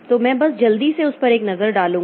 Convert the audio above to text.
तो मैं बस जल्दी से उस पर एक नज़र डालूँगा